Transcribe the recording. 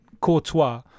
Courtois